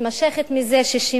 מתמשכת מזה 60 שנה,